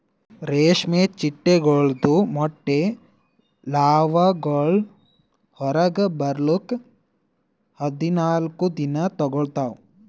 ರೇಷ್ಮೆ ಚಿಟ್ಟೆಗೊಳ್ದು ಮೊಟ್ಟೆ ಲಾರ್ವಾಗೊಳ್ ಹೊರಗ್ ಬರ್ಲುಕ್ ಹದಿನಾಲ್ಕು ದಿನ ತೋಗೋತಾವ್